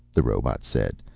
the robot said.